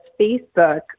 Facebook